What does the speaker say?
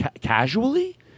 Casually